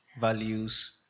values